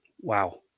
Wow